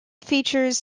features